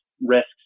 risks